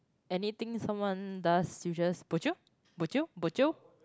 anything some does you just bojio bojio bojio